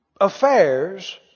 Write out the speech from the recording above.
affairs